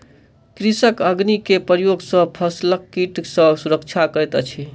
कृषक अग्नि के प्रयोग सॅ फसिलक कीट सॅ सुरक्षा करैत अछि